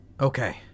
Okay